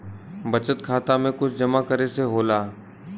बचत खाता मे कुछ जमा करे से होला?